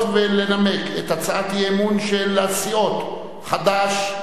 ולנמק את הצעת האי-אמון של הסיעות חד"ש,